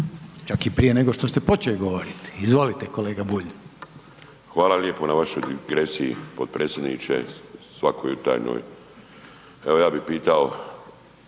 čak i prije nego što ste počeli govoriti. Izvolite kolega Bulj. **Bulj, Miro (MOST)** Hvala lijepo na vašoj digresiji potpredsjedniče svakojutarnjoj. Evo, ja bi pitao